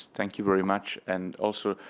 thank you very much. and also,